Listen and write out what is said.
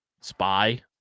spy